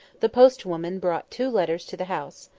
the post-woman brought two letters to the house.